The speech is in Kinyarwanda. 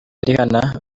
rihana